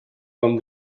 вам